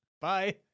Bye